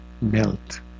melt